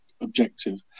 objective